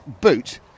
Boot